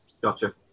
Gotcha